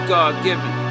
God-given